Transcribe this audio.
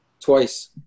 twice